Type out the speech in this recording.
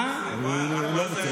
4 זה היה לחודש.